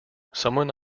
someone